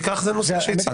זה הנוסח שהצעתי.